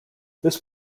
this